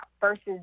versus